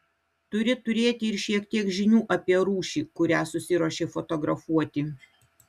turi turėti ir šiek tiek žinių apie rūšį kurią susiruošei fotografuoti